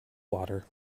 water